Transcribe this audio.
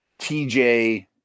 TJ